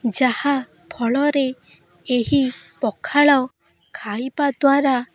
ଯାହାଫଳରେ ଏହି ପଖାଳ ଖାଇବା ଦ୍ଵାରା